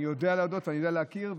אני יודע להודות ואני יודע להכיר,